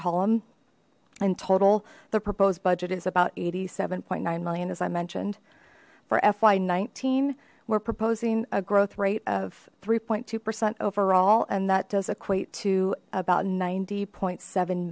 column in total the proposed budget is about eighty seven point nine million as i mentioned for fy nineteen we're proposing a growth rate of three two percent overall and that does equate to about ninety point seven